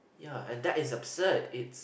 ya and that is absurd it's